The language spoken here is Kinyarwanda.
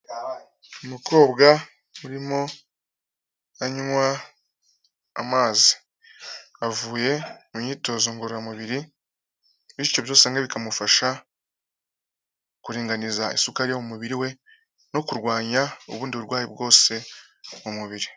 Umukobwa urimo anywa amazi, avuye mu myitozo ngororamubiri bityo byose hamwe bikamufasha kuringaniza isukari yo mu mubiri we no kurwanya ubundi burwayi bwose mu mubiri.